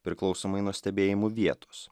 priklausomai nuo stebėjimų vietos